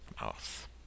mouth